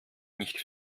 nicht